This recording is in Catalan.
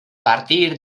partir